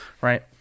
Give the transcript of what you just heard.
right